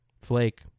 Flake